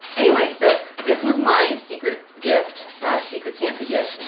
anyway so this was my secret gift secret santa gift.